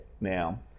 Now